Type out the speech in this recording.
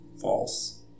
False